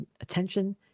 attention